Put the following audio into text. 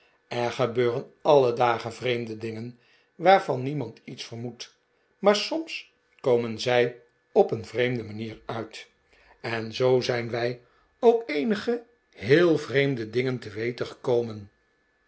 er gebeuren alle da gen vreemde dingen waarvan niemand iets vermoedt maar soms komen zij op een vreemde manier uit en zoo zijn wij ook eenige heel vreemde dingen te weten gekomen